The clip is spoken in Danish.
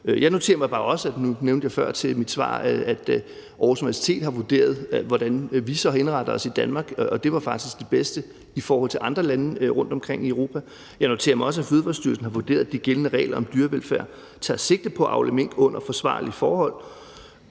jeg det før i mit svar – at Aarhus Universitet har vurderet, hvordan vi så har indrettet os i Danmark, og det var faktisk det bedste i forhold til andre lande rundtomkring i Europa. Jeg noterer mig også, at Fødevarestyrelsen har vurderet, at de gældende regler om dyrevelfærd tager sigte på at avle mink under forsvarlige forhold.